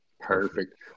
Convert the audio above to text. Perfect